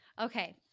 Okay